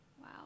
Wow